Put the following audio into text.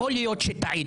יכול להיות שטעיתם.